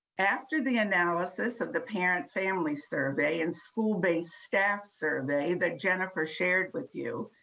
after the analysis of the parent family survey and school-based staff survey that jennifer shared with you,